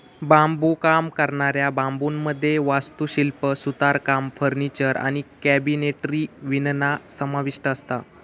बांबुकाम करणाऱ्या बांबुमध्ये वास्तुशिल्प, सुतारकाम, फर्निचर आणि कॅबिनेटरी विणणा समाविष्ठ असता